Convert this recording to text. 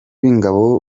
b’ingabo